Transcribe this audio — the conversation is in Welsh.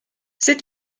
sut